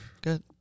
Good